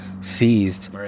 seized